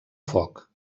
foc